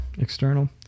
external